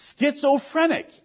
schizophrenic